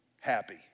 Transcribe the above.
happy